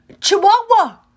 Chihuahua